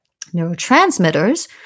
Neurotransmitters